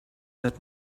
that